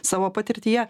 savo patirtyje